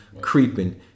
Creeping